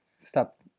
stop